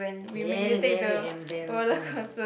ya very embarrassment